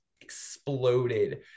exploded